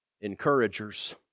encouragers